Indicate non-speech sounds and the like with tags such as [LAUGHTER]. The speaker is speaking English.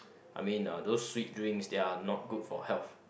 I mean uh those sweet drinks they are not good for health [BREATH]